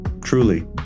truly